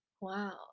wow